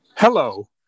Hello